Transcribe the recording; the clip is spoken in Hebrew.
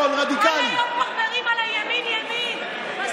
כל היום מברברים על ימין, ימין.